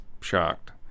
shocked